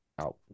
out